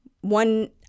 one